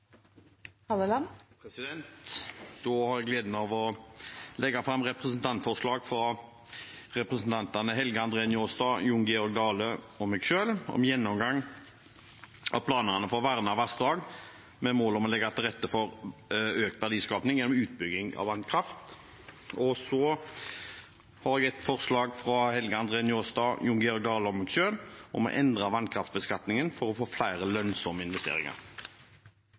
Halleland vil fremsette to representantforslag. Jeg har gleden av å framsette et representantforslag fra representantene Helge André Njåstad, Jon Georg Dale og meg selv om en gjennomgang av planene for vernede vassdrag, med mål om legge til rette for økt verdiskaping gjennom utbygging av vannkraft. Jeg vil også framsette et forslag fra representantene Helge André Njåstad, Jon Georg Dale og meg selv om å endre vannkraftbeskatningen for å få flere lønnsomme investeringer.